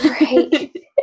Right